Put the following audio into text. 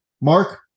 Mark